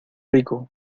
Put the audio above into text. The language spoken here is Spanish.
rico